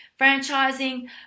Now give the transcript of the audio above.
franchising